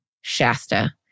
Shasta